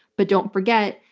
but don't forget,